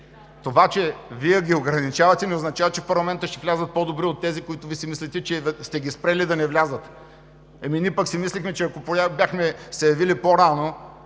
Това, че Вие ги ограничавате, не означава, че в парламента ще влязат по-добри от тези, които Вие си мислите, че сте ги спрели да не влязат. Е, ние пък си мислехме, че, ако бяхме се явили по-рано